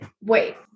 wait